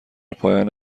پایان